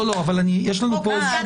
אותנו זה